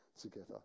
together